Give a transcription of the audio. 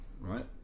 right